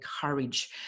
courage